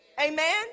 Amen